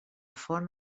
font